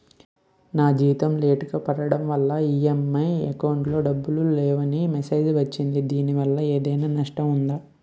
ఈ నెల జీతం లేటుగా పడటం వల్ల ఇ.ఎం.ఐ అకౌంట్ లో డబ్బులు లేవని మెసేజ్ వచ్చిందిదీనివల్ల ఏదైనా నష్టం ఉందా?